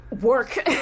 work